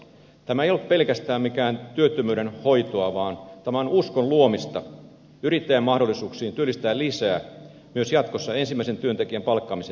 tämä ei ole pelkästään mitään työttömyyden hoitoa vaan tämä on uskon luomista yrittäjän mahdollisuuksiin työllistää lisää myös jatkossa ensimmäisen työntekijän palkkaamisen jälkeen